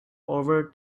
over